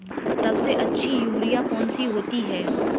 सबसे अच्छी यूरिया कौन सी होती है?